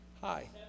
Hi